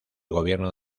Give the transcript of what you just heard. gobierno